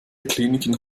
kliniken